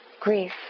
grief